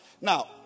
now